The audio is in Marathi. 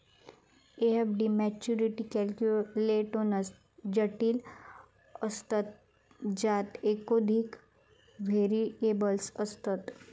एफ.डी मॅच्युरिटी कॅल्क्युलेटोन्स जटिल असतत ज्यात एकोधिक व्हेरिएबल्स असतत